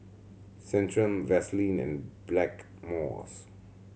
Centrum Vaselin and Blackmores